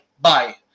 Bye